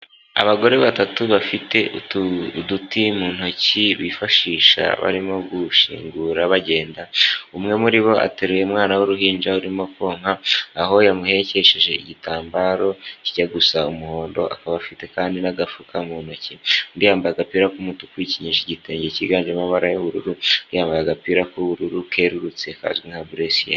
Abagore batatu bafite uduti mu ntoki bifashisha barimo gushingura bagenda, umwe muri bo ateruye umwana w'uruhinja urimo konka, aho yamuhekesheje igitambaro kijya gusa umuhondo akaba afite kandi n'agafuka mu ntoki, undi yambaye agapira k'umutuku yikenyeje igitenge cyiganjemo amabara y'ubururu, undi yambaye agapira k'ubururu kerurutse kazwi nka buresiye.